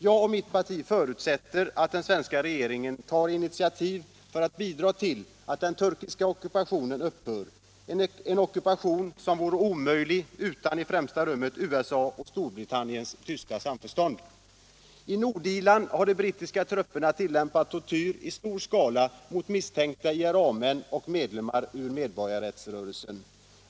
Jag och mitt parti förutsätter att den svenska regeringen tar initiativ för att bidra till att den turkiska ockupationen upphör, en ockupation som vore omöjlig utan i främsta rummet USA:s och Storbritanniens tysta samförstånd. I Nordirland har de brittiska trupperna tillämpat tortyr i stor skala mot misstänkta IRA-män och medlemmar av medborgarrättsrörelsen.